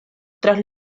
tras